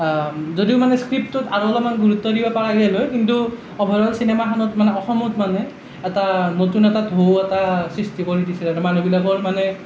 যদিও মানে স্ক্ৰিপটোত আৰু অলপমান গুৰুত্ব দিব পৰা গ'ল হয় কিন্তু অভাৰঅল চিনেমাখনত মানে অসমত মানে এটা নতুন এটা ঢৌ এটা সৃষ্টি কৰি দিছে মানে মানুহবিলাকৰ মানে